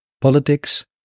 politics